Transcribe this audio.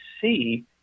see